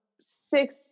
six